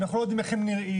אנחנו לא יודעים איך הם נראים,